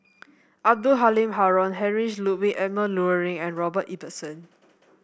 Abdul Halim Haron Heinrich Ludwig Emil Luering and Robert Ibbetson